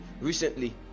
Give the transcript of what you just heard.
recently